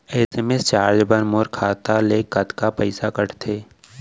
SMS charge बर मोर खाता ले कतका पइसा कटथे?